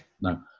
no